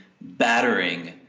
battering